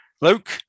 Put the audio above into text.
luke